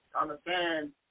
Understand